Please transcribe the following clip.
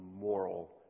moral